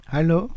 Hello